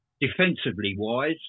defensively-wise